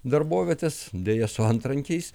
darbovietės deja su antrankiais